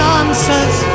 answers